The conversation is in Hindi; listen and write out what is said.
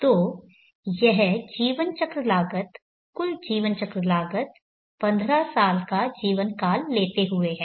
तो यह जीवन चक्र लागत कुल जीवन चक्र लागत पंद्रह साल का जीवनकाल लेते हुए है